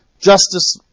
Justice